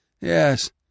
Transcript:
Yes